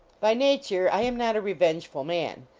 by nature, i am not a revengeful man.